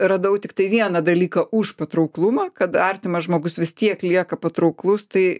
radau tiktai vieną dalyką už patrauklumą kad artimas žmogus vis tiek lieka patrauklus tai